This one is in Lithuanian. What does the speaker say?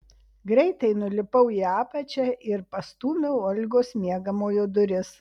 greitai nulipau į apačią ir pastūmiau olgos miegamojo duris